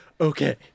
Okay